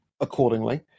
accordingly